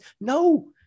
No